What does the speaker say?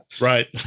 Right